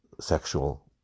sexual